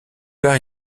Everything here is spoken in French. part